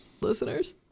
Listeners